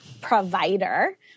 provider